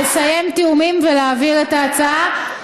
לסיים תיאומים ולהעביר את ההצעה.